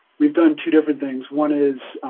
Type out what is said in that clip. we've done two different things. one is